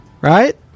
Right